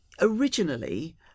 Originally